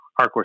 hardcore